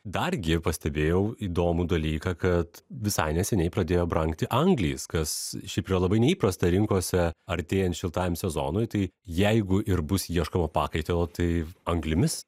dargi pastebėjau įdomų dalyką kad visai neseniai pradėjo brangti angliai viskas šiaip yra labai neįprasta rinkose artėjant šiltajam sezonui tai jeigu ir bus ieškoma pakaitalo tai anglimis